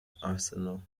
arsenal